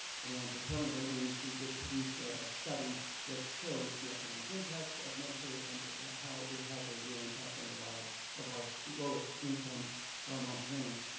and the department of labor and industry did produce a study that showed the economic impacts of medicaid and how it has a real impact on the lives of our lowest income montanas.